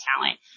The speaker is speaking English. talent